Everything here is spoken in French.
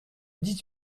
dix